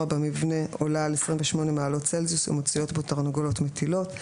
במבנה הלול עולה על 28 מעלות צלזיוס ומצויות בו תרנגולות מטילות.